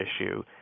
issue